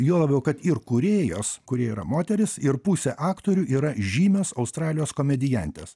juo labiau kad ir kūrėjos kuri yra moteris ir pusė aktorių yra žymios australijos komediantės